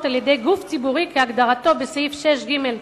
על-ידי גוף ציבורי כהגדרתו בסעיף 6ג(ג)